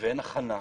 ואין הכנה.